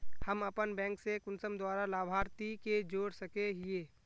हम अपन बैंक से कुंसम दूसरा लाभारती के जोड़ सके हिय?